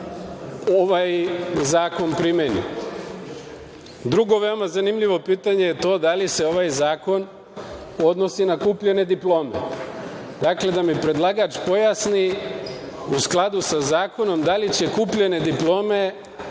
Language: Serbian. ovaj zakon primeni? Drugo, veoma zanimljivo pitanje je to, da li se ovaj zakon odnosi na kupljene diplome? Dakle, da mi predlagač pojasni, u skladu sa zakonom, da li će kupljene diplome